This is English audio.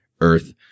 earth